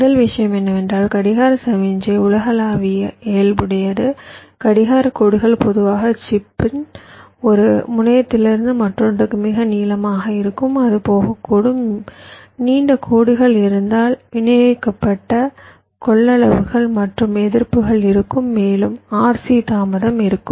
முதல் விஷயம் என்னவென்றால் கடிகார சமிக்ஞை உலகளாவிய இயல்புடையது கடிகார கோடுகள் பொதுவாக சிப்பின் ஒரு முனையிலிருந்து மற்றொன்றுக்கு மிக நீளமாக இருக்கும் அது போகக்கூடும் நீண்ட கோடுகள் இருந்தால் விநியோகிக்கப்பட்ட கொள்ளளவுகள் மற்றும் எதிர்ப்புகள் இருக்கும் மேலும் RC தாமதம் இருக்கும்